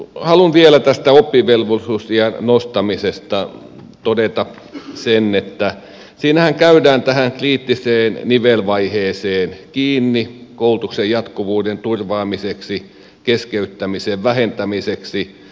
haluan vielä tästä oppivelvollisuusiän nostamisesta todeta sen että siinähän käydään tähän kriittiseen nivelvaiheeseen kiinni koulutuksen jatkuvuuden turvaamiseksi keskeyttämisen vähentämiseksi